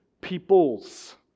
peoples